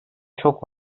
çok